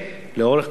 לאורך כל הדרך.